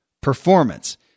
performance